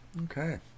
okay